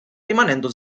rimanendo